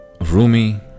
Rumi